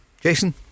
Jason